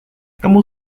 kamu